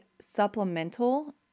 supplemental